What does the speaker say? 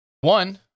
one